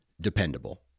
dependable